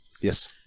Yes